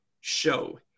show